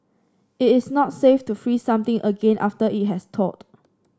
it is not safe to freeze something again after it has thawed